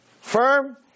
firm